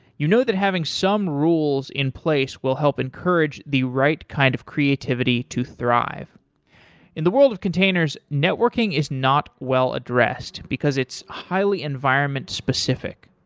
you know that having some rules in place will help encourage the right kind of creativity to thrive in the world of containers, networking is not well addressed because it's highly environment specific,